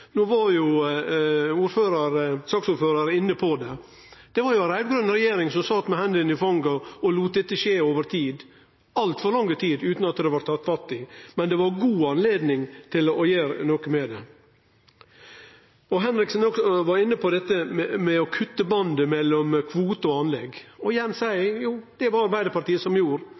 inne på at det var den raud-grøne regjeringa som sat med hendene i fanget og lét dette skje over tid, altfor lang tid, utan at det blei tatt tak i, men det var god anledning til å gjere noko med det. Martin Henriksen var også inne på det å kutte bandet mellom kvote og anlegg, og igjen seier eg: Det var Arbeidarpartiet som gjorde